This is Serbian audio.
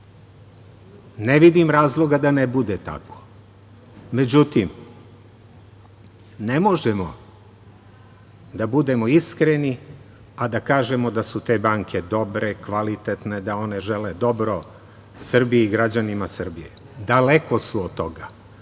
Ne vidim razloga da ne bude tako.Međutim, ne možemo da budemo iskreni, a da kažemo da su te banke dobre, kvalitetne, da one žele dobro Srbiji i građanima Srbije. Daleko su od toga.